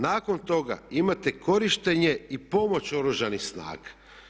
Nakon toga imate korištenje i pomoć Oružanih snaga.